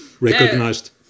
recognized